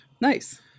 Nice